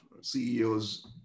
CEOs